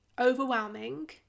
overwhelming